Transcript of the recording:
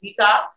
detox